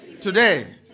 Today